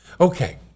Okay